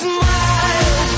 Smile